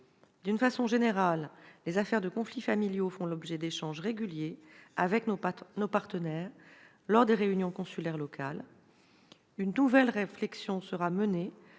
D'une façon générale, les affaires de conflits familiaux font l'objet d'échanges réguliers avec nos partenaires lors des réunions consulaires locales. Une nouvelle réflexion sera menée